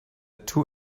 two